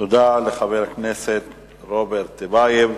תודה לחבר הכנסת רוברט טיבייב.